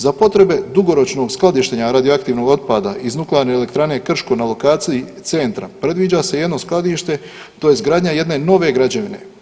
Za potrebe dugoročnog skladištenja radioaktivnog otpada iz nuklearne elektrane Krško na lokaciji Centra, predviđa se jedno skladište, tj. gradnja jedne nove građevine.